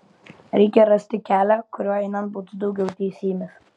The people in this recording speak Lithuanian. reikia rasti kelią kuriuo einant būtų daugiau teisybės